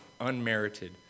unmerited